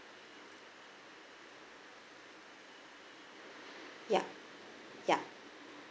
ya ya